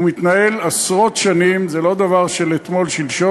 הוא מתנהל עשרות שנים, זה לא דבר של אתמול-שלשום.